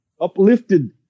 uplifted